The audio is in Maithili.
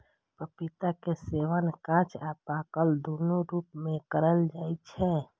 पपीता के सेवन कांच आ पाकल, दुनू रूप मे कैल जाइ छै